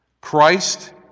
Christ